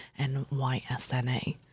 NYSNA